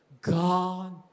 God